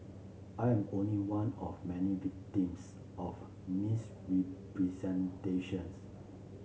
I am only one of many victims of misrepresentations